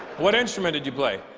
what instrument did you play?